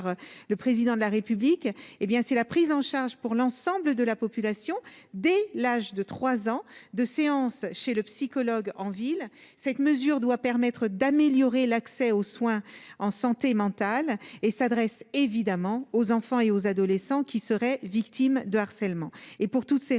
le président de la République, hé bien c'est la prise en charge pour l'ensemble de la population dès l'âge de 3 ans, 2 séances chez le psychologue en ville, cette mesure doit permettre d'améliorer l'accès aux soins en santé mentale et s'adresse évidemment aux enfants et aux adolescents qui serait victime de harcèlement et pour toutes ces